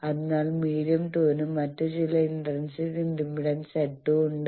അതിനാൽ മീഡിയം 2 ന് മറ്റ് ചില ഇന്ററിന്സിക് ഇംപെഡൻസ് Z2 ഉണ്ട്